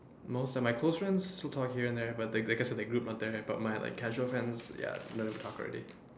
most of my close friends still talk here and there but th~ the guess the group not there but like my causal friends ya never talk already